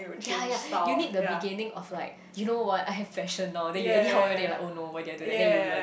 ya ya you need the beginning of like you know what I have fashion now then you anyhow wear then you like oh no why did I do that then you learn